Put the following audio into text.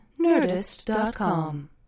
nerdist.com